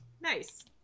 Nice